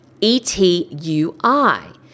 E-T-U-I